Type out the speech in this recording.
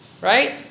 Right